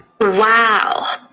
Wow